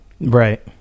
Right